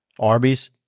arby's